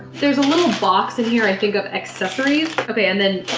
there's a little box in here i think of, accessories. okay and then.